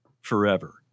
forever